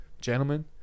gentlemen